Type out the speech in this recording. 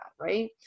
right